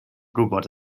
gwybod